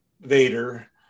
Vader